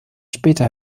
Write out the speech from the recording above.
später